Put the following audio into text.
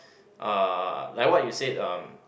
uh like what you said uh